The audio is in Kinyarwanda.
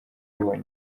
yabonye